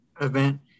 event